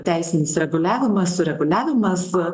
teisinis reguliavimas sureguliavimas